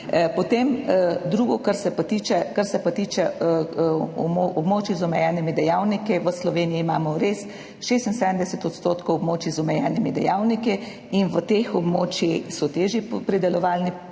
leta. Drugo, kar se tiče območij z omejenimi dejavniki, v Sloveniji imamo res 76 odstotkov območij z omejenimi dejavniki in v teh območjih so težji pridelovalni pogoji.